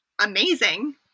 amazing